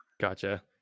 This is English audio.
Gotcha